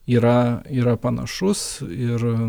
yra yra panašus ir